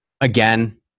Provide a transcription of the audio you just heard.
Again